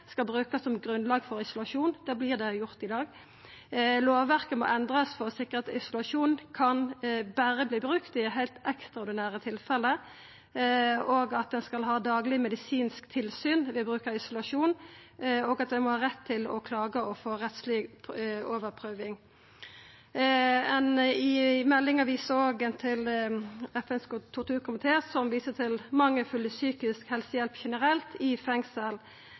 skal brukast som grunnlag for isolasjon. Det vert gjort i dag. Lovverket må endrast for å sikra at isolasjon berre kan verta brukt i heilt ekstraordinære tilfelle, at ein skal ha dagleg medisinsk tilsyn ved bruk av isolasjon, og at ein må ha rett til å klaga og få rettsleg overprøving. I meldinga viser ein òg til FNs torturkomité, som viser til mangelfull psykisk helsehjelp generelt i fengsel.